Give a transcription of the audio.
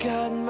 God